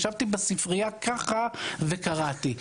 ישבתי בספרייה ככה וקראתי.